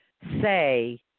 say